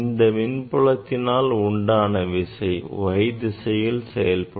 இந்த மின்புலத்தினால் உண்டான விசை y திசையில் செயல்படும்